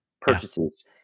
purchases